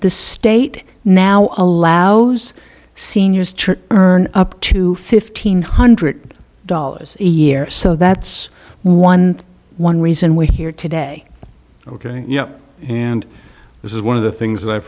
the state now allow those seniors church up to fifteen hundred dollars a year so that's one one reason we're here today ok you know and this is one of the things that i've